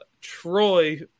Troy